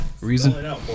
Reason